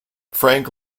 frank